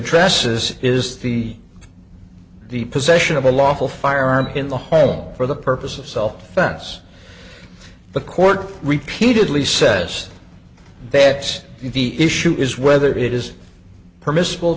dresses is the the possession of a lawful firearm in the home for the purpose of self defense the court repeatedly says that he issue is whether it is permissible